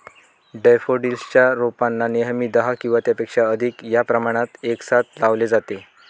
daffodils च्या रोपांना नेहमी दहा किंवा त्यापेक्षा अधिक या प्रमाणात एकसाथ लावले जाते